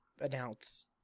announce